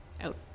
out